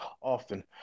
often